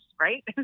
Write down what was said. right